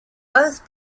both